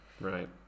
Right